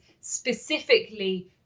specifically